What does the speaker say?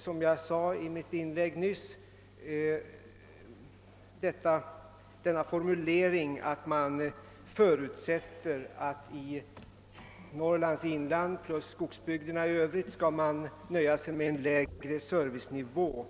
Som jag sade i mitt förra inlägg, avser jag här främst utredningens formulering, att den förutsätter att man i Norrlands inland och i skogsbygderna i övrigt skall nöja sig med en lägre servicenivå.